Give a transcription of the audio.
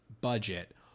budget